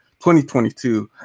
2022